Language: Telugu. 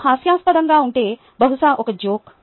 మీరు హాస్యాస్పదంగా ఉంటే బహుశా ఒక జోక్